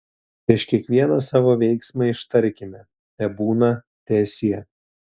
prieš kiekvieną savo veiksmą ištarkime tebūna teesie